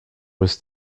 was